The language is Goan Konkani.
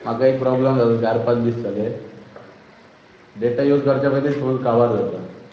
म्हाका एक प्रोब्लम जाता चार पांच दीस जाले डेटा यूज करचे पयलीच फूल काबार जाता